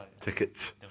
tickets